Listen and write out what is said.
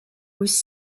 was